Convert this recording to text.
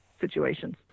situations